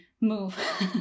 move